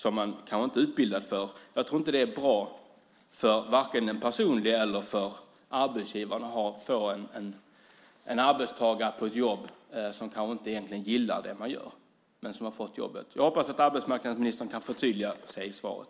Jag tror inte att det är bra vare sig för den person det gäller eller för arbetsgivaren som får en arbetstagare på ett jobb som han eller hon kanske inte gillar. Jag hoppas att arbetsmarknadsministern kan förtydliga sig i svaret.